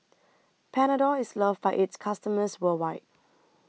Panadol IS loved By its customers worldwide